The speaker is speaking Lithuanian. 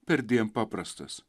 perdėm paprastas